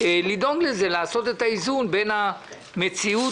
לדאוג לעשות את האיזון בין המציאות